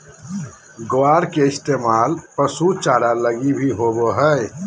ग्वार के इस्तेमाल पशु चारा लगी भी होवो हय